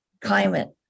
climate